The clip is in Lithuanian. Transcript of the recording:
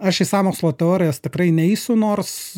aš į sąmokslo teorijas tikrai neisiu nors